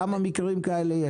כמה מקרים כאלה יש?